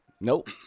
nope